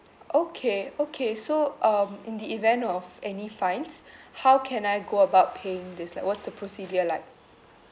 okay okay so um in the event of any fines how can I go about paying this like what's the procedure like